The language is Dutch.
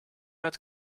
met